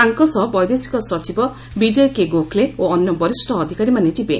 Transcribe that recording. ତାଙ୍କ ସହ ବୈଦେଶିକ ସଚିବ ବିଜୟ କେ ଗୋଖଲେ ଓ ଅନ୍ୟ ବରିଷ୍ଠ ଅଧିକାରୀମାନେ ଯିବେ